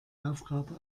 aufgabe